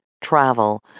travel